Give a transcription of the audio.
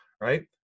right